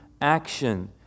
action